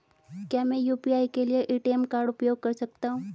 क्या मैं यू.पी.आई के लिए ए.टी.एम कार्ड का उपयोग कर सकता हूँ?